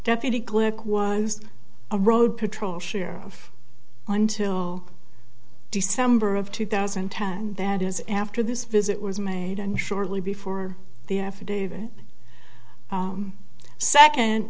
deputy glick was a road patrol share of until december of two thousand and ten and that is after this visit was made and shortly before the affidavit second